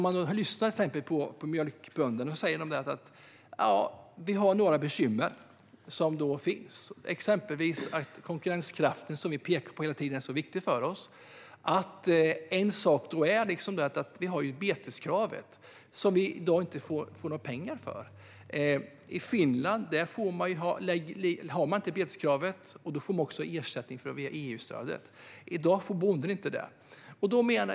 Mjölkbönderna säger: Ja, vi har några bekymmer, exempelvis är konkurrenskraften viktig för oss. Men vi har ju beteskravet som vi i dag inte får några pengar för. I Finland har man inget beteskrav, och där får bönderna ersättning via EU-stödet. I dag får inte svenska bönder det.